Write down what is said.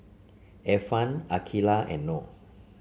Irfan Aqeelah and Noh